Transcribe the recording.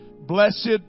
Blessed